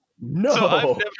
no